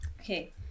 Okay